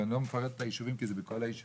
ואני לא מפרט את היישובים כי זה בכל היישובים.